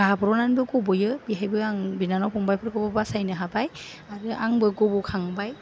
गाब्र'नानैबो गब'यो बेहायबो आं बिनानाव फंबायफोरखौबो बासायनो हाबाय आरो आंबो गब'खांबाय